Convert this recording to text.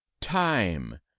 time